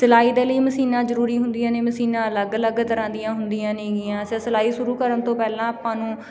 ਸਿਲਾਈ ਦੇ ਲਈ ਮਸ਼ੀਨਾਂ ਜ਼ਰੂਰੀ ਹੁੰਦੀਆਂ ਨੇ ਮਸ਼ੀਨਾਂ ਅਲੱਗ ਅਲੱਗ ਤਰ੍ਹਾਂ ਦੀਆਂ ਹੁੰਦੀਆਂ ਨੇਗੀਆਂ ਸਿਲਾਈ ਸ਼ੁਰੂ ਕਰਨ ਤੋਂ ਪਹਿਲਾਂ ਆਪਾਂ ਨੂੰ